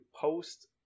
post